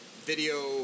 Video